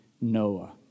Noah